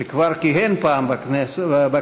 שכבר כיהן פעם בכנסת,